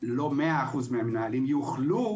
לא 100% מהמנהלים יוכלו